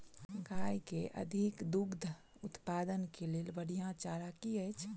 गाय केँ अधिक दुग्ध उत्पादन केँ लेल बढ़िया चारा की अछि?